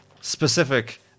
specific